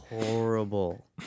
horrible